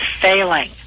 failing